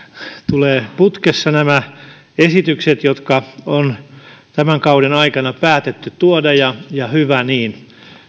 tulee putkessa nämä esitykset jotka on tämän kauden aikana päätetty tuoda ja ja hyvä niin